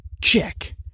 Check